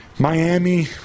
Miami